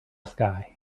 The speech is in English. sky